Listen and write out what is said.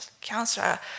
cancer